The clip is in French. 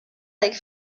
avec